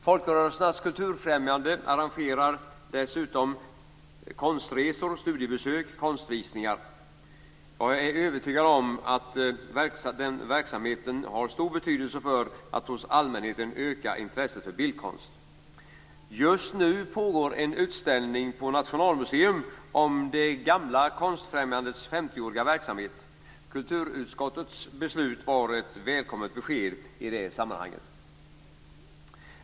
Folkrörelsernas Konstfrämjande arrangerar dessutom konstresor, studiebesök och konstvisningar. Jag är övertygad om att verksamheten har stor betydelse för att hos allmänheten öka intresset för bildkonst. Just nu pågår en utställning på Nationalmuseum om det gamla Konstfrämjandets femtioåriga verksamhet. Kulturutskottets beslut var ett välkommet besked i det sammanhanget.